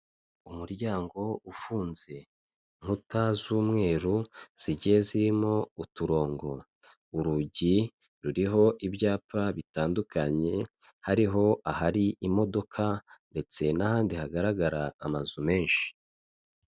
Umuryango ufunze, inkuta z'umweru zigiye zirimo uturongo, urugi ruriho ibyapa bitandukanye, hariho ahari imodoka ndetse n'ahandi hagaragara amazu menshi.